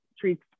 treats